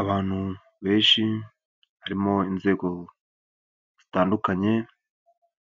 Abantu benshi harimo inzego zitandukanye,